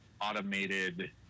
automated